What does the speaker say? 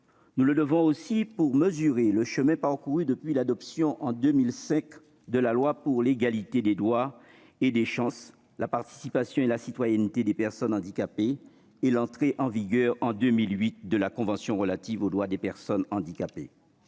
nécessaire aussi afin de mesurer le chemin parcouru depuis l'adoption en 2005 de la loi pour l'égalité des droits et des chances, la participation et la citoyenneté des personnes handicapées et depuis l'entrée en vigueur en 2008 de la convention relative aux droits des personnes handicapées.